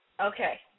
Okay